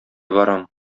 барам